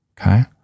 okay